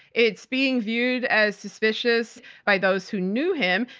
it's being viewed as suspicious by those who knew him,